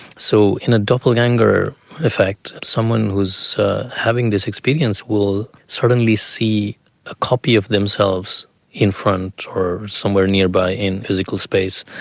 so in a doppelganger effect, someone who is this experience will suddenly see a copy of themselves in front or somewhere nearby in physical space.